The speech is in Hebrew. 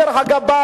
דרך אגב,